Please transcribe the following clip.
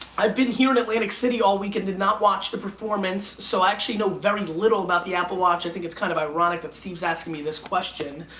i've been here in atlantic city all week and did not watch the performance, so i actually know very little about the apple watch. i think it's kind of ironic that steve's asking me this question.